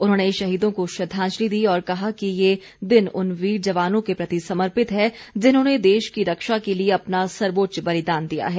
उन्होंने शहीदों को श्रद्वांजलि दी और कहा कि ये दिन उन वीर जवानों के प्रति समर्पित है जिन्होंने देश की रक्षा के लिए अपना सर्वोच्च बलिदान दिया है